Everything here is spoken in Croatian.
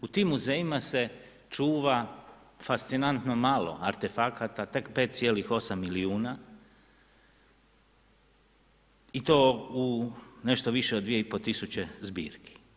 U tim muzejima se čuva fascinantno malo artefakata, tek 5,8 milijuna i to u nešto više od 2500 zbirki.